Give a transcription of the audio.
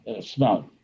smell